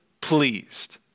pleased